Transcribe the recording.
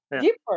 deeper